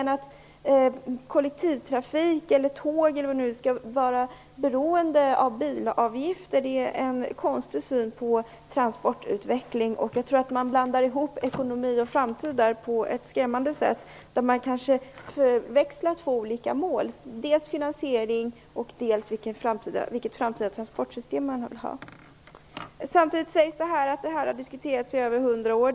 Tanken att kollektivtrafik och tåg skulle vara beroende av bilavgifter visar på en konstig syn på transportutveckling. Jag tror att man blandar ihop ekonomi och framtid på ett skrämmande sätt. Man kanske förväxlar två olika mål. Det gäller dels finansiering, dels vilket framtida transportsystem som man vill ha. Samtidigt sägs det att det här har diskuterats i över 100 år.